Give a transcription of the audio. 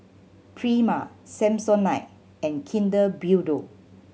Prima Samsonite and Kinder Bueno